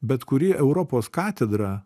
bet kuri europos katedra